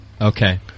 Okay